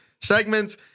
segment